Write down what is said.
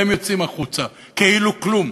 והם יוצאים החוצה כאילו כלום.